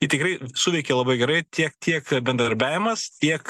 i tikrai suveikė labai gerai tiek tiek bendradarbiavimas tiek